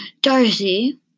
Darcy